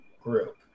group